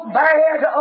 bad